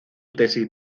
tesis